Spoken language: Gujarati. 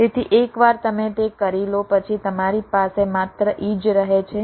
તેથી એકવાર તમે તે કરી લો પછી તમારી પાસે માત્ર e જ રહે છે